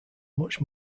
much